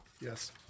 Yes